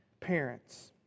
Parents